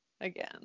Again